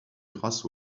grâce